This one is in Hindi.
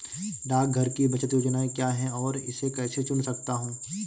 डाकघर की बचत योजनाएँ क्या हैं और मैं इसे कैसे चुन सकता हूँ?